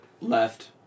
left